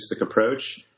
approach